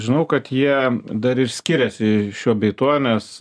žinau kad jie dar ir skiriasi šiuo bei tuo nes